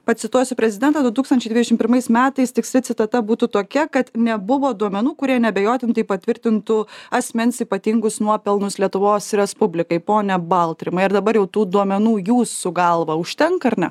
pacituosiu prezidento du tūkstančiai dvidešimt pirmais metais tiksli citata būtų tokia kad nebuvo duomenų kurie neabejotinai patvirtintų asmens ypatingus nuopelnus lietuvos respublikai pone baltrimai ar dabar jau tų duomenų jūsų galva užtenka ar ne